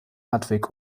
radweg